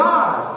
God